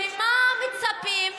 ולמה מצפים?